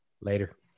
Later